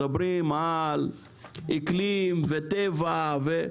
מדברים על אקלים וטבע.